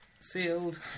sealed